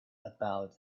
about